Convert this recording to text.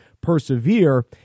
persevere